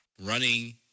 running